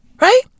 Right